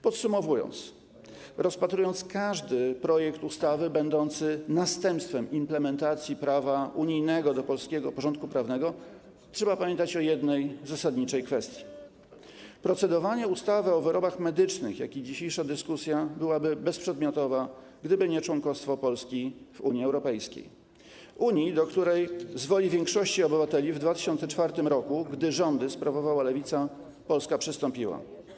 Podsumowując, przy rozpatrywaniu każdego projektu ustawy będącego następstwem implementacji prawa unijnego do polskiego porządku prawnego trzeba pamiętać o jednej zasadniczej kwestii: procedowanie nad ustawą o wyrobach medycznych, jak i dzisiejsza dyskusja byłyby bezprzedmiotowe, gdyby nie członkostwo Polski w UE - Unii, do której z woli większości obywateli w 2004 r., gdy rządy sprawowała lewica, Polska przystąpiła.